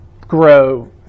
grow